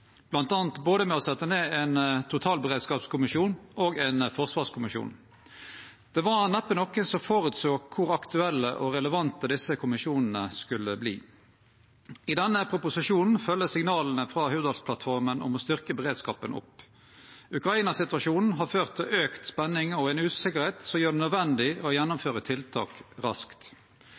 med å setje ned både ein totalberedskapskommisjon og ein forsvarskommisjon. Det var neppe nokon som såg føre seg kor aktuelle og relevante desse kommisjonane skulle verte. I denne proposisjonen vert signala frå Hurdalsplattforma om å styrkje beredskapen følgde opp. Ukraina-situasjonen har ført til auka spenning og ein usikkerheit som gjer det nødvendig å gjennomføre tiltak raskt.